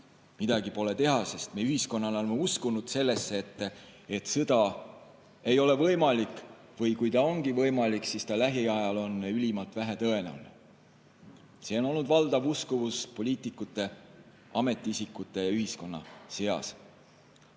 Midagi pole teha. Me ühiskonnana oleme uskunud sellesse, et sõda ei ole võimalik, või kui ta ongi võimalik, siis ta lähiajal on ülimalt vähetõenäoline. See on olnud valdav uskumus poliitikute, ametiisikute ja ühiskonna seas.